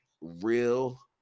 real